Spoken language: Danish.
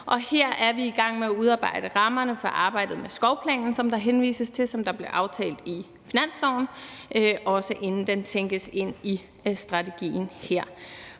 her er vi i gang med at udarbejde rammerne for arbejdet med skovplanen, som der henvises til, som blev aftalt i finansloven, også inden den tænkes ind i strategien her.